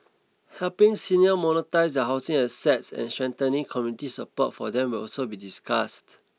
helping seniors monetise their housing assets and strengthening community support for them will also be discussed